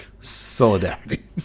Solidarity